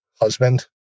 husband